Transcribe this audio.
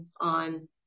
on